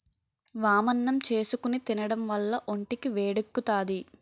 వామన్నం చేసుకుని తినడం వల్ల ఒంటికి వేడెక్కుతాది